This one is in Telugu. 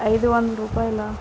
ఐదు వందల రూపాయలా